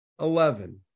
Eleven